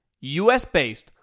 U.S.-based